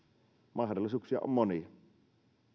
mahdollisuuksia on monia